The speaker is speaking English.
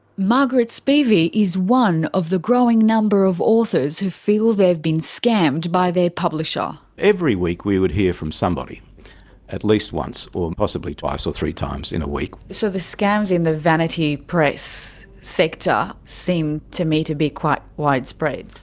margaret spivey is one of the growing number of authors who feel they've been scammed by their publisher. every week we would hear from somebody at least once or and possibly twice or three times in a week. so the scams in the vanity press sector seem to me to be quite widespread.